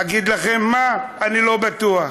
להגיד לכם מה, אני לא בטוח,